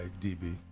DB